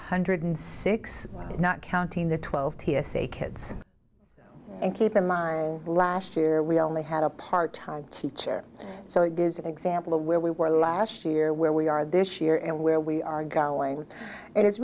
hundred six not counting the twelve t s a kids and keep in mind last year we only had a part time teacher so that gives an example of where we were last year where we are this year and where we are going and it's